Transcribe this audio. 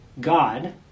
God